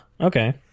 okay